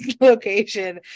location